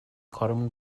کارمون